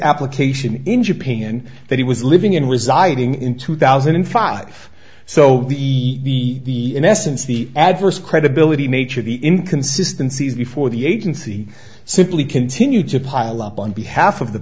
application in japan that he was living in residing in two thousand and five so the in essence the adverse credibility nature of the inconsistency is before the agency simply continued to pile up on behalf of the